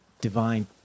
divine